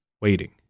Waiting